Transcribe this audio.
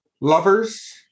lovers